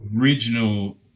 original